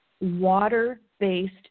water-based